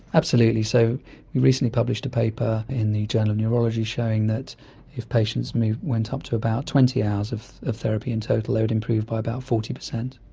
absolutely, so we recently published a paper in the journal of neurology showing that if patients went up to about twenty hours of of therapy in total they would improve by about forty percent.